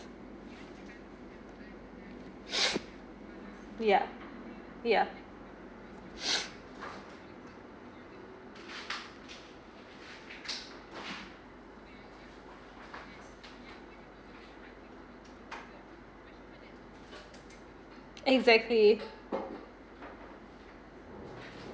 ya ya exactly